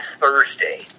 Thursday